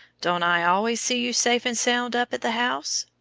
don't i always see you safe and sound up at the house?